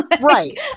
Right